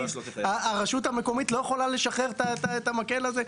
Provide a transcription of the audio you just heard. הרשות המקומית לא יכולה לשחרר את המקל הזה?